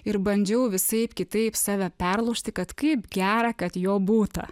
ir bandžiau visaip kitaip save perlaužti kad kaip gera kad jo būta